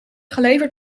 geleverd